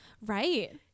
right